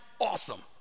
awesome